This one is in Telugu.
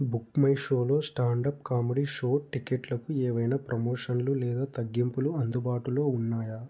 బుక్మైషోలో స్టాండ్ అప్ కామెడీ షో టికేట్లకు ఏవైనా ప్రమోషన్లు లేదా తగ్గింపులు అందుబాటులో ఉన్నాయా